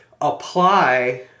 apply